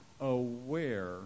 aware